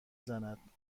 زند